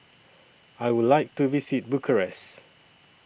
I Would like to visit Bucharest